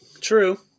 True